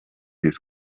his